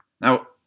Now